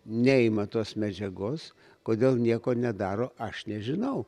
neima tos medžiagos kodėl nieko nedaro aš nežinau